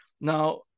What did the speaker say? Now